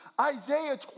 Isaiah